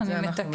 20%" אני מתקנת.